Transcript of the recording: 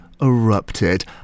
erupted